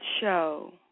show